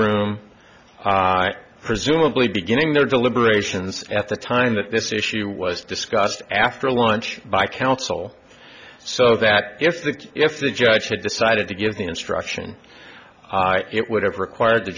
room presumably beginning their deliberations at the time that this issue was discussed after lunch by counsel so that if the if the judge had decided to give the instruction it would have required the